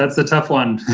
the tough one.